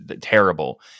terrible